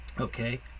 Okay